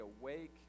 awake